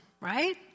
right